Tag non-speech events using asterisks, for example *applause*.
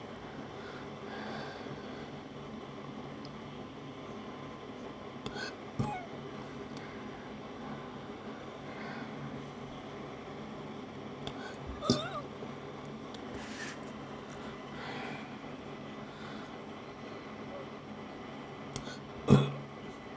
*breath* *coughs* *coughs* *coughs*